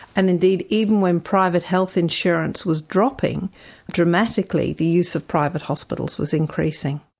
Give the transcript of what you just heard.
and indeed, even when private health insurance was dropping dramatically, the use of private hospitals was increasing.